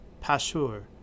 Pashur